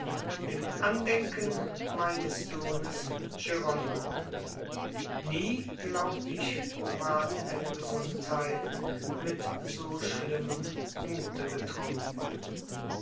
dem andenken meines sohnes jeronymo nie glaube ich ward eine gesundheit mit so schlimmem mute getrunken